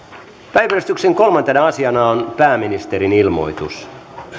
päiväjärjestyksen kolmantena asiana on pääministerin ilmoitus